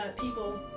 people